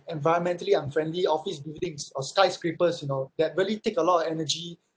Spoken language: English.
environmentally unfriendly office buildings or skyscrapers you know that really take a lot of energy